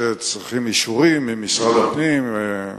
שצריכים אישורים ממשרד הפנים,